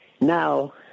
now